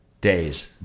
days